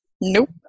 Nope